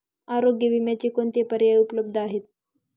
आरोग्य विम्याचे कोणते पर्याय उपलब्ध आहेत?